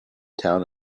town